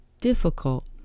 difficult